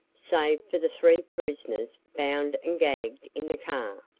save for the three prisoners, bound and gagged, in the car.